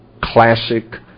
classic